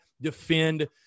Defend